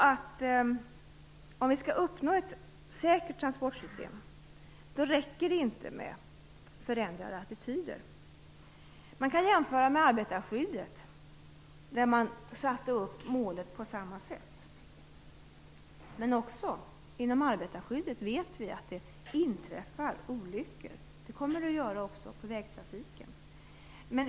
Skall vi uppnå ett säkert transportsystem räcker det inte med förändrade attityder. Man kan jämföra med arbetarskyddet där målet sattes upp på samma sätt. Ändå vet vi att också på arbetarskyddets område inträffar det olyckor. Det kommer det att göra också på vägtrafikens område.